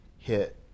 hit